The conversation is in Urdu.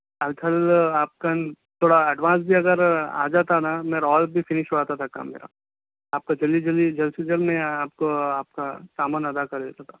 اگر آپ کا تھوڑا ایڈوانس بھی اگر آ جاتا نا میرا اور بھی فنش ہوتا تھا کام میرا آپ کا جلدی جلدی جلد سے جلد میں آپ کو آپ کا سامان ادا کر دیتا تھا